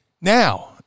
now